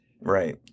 Right